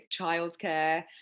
childcare